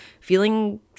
feeling